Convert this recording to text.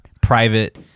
private